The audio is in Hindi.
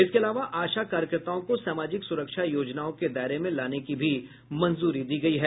इसके अलावा आशा कार्यकर्ताओं को सामाजिक सुरक्षा योजनाओं के दायरे में लाने की भी मंजूरी दी गयी है